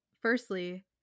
firstly